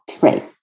Right